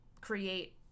create